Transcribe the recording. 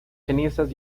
cenizas